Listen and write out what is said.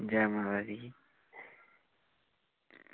जै माता दी